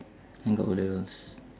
think got O levels